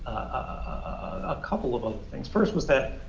a couple of other things. first was that